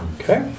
Okay